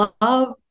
love